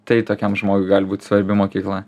tai tokiam žmogui gali būt svarbi mokykla